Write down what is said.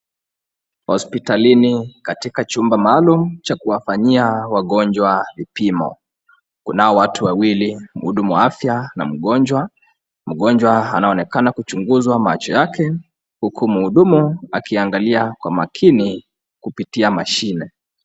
Hospitalini katika chumba maulum cha kuwafanyia wagonjwa vipimo. Kunao watu wawili, mhudumu wa afya na mgonjwa. Mgonjwa anaonekana kuchunguzwa macho yake huku mhudumu akiangalia kwa makini kupitia mashine.